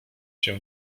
się